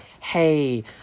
hey